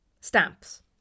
stamps